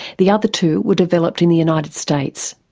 the other two were developed in the united states.